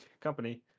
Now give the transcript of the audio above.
company